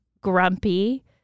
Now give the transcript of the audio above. grumpy